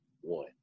one